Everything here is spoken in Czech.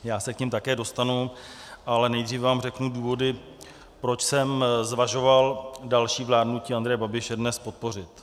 Já se k nim také dostanu, ale nejdřív vám řeknu důvody, proč jsem zvažoval další vládnutí Andreje Babiše dnes podpořit.